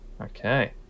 Okay